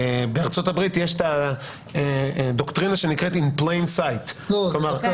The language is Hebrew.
בארצות הברית יש את Plain View Doctrine- -- דווקא